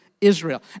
Israel